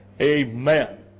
Amen